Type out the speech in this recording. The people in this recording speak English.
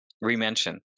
re-mention